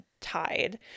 tied